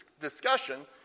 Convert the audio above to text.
discussion